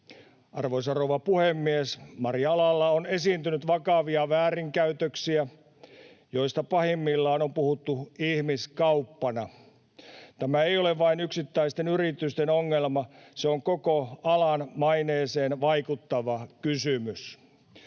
Arvoisa rouva puhemies! Marja-alalla on esiintynyt vakavia väärinkäytöksiä, joista pahimmillaan on puhuttu ihmiskauppana. Tämä ei ole vain yksittäisten yritysten ongelma. Se on koko alan maineeseen vaikuttava kysymys.